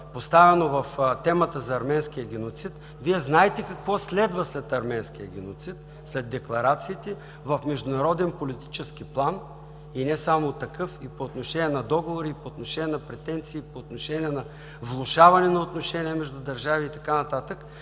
поставена темата за арменския геноцид, Вие знаете какво следва след арменския геноцид, след декларациите, в международен политически план и не само такъв, и по отношение на договори, и по отношение на претенции, и по отношение на влошаване на отношения между държави и така нататък.